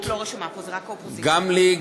גם לי,